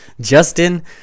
Justin